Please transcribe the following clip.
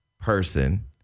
person